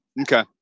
Okay